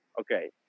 okay